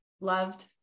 loved